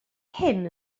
hyn